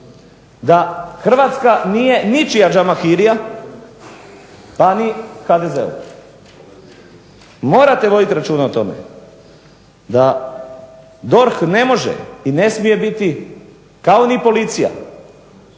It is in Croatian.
da Hrvatska nije ničija džamahirija pa ni HDZ-ova. Morate voditi računa o tome da DORH ne može i ne smije biti kao ni policija